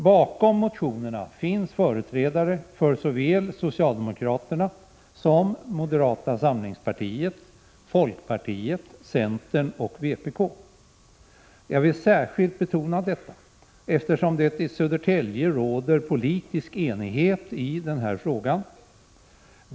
Bakom motionerna finns företrädare för såväl socialdemokraterna som moderata samlingspartiet, folkpartiet, centerpartiet och vpk. Jag vill särskilt betona detta, eftersom det i Södertälje råder politisk enighet i den här frågan.